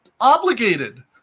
obligated